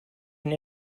and